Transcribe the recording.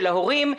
של ההורים,